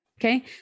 Okay